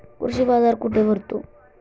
कृषी बाजार कुठे भरतो?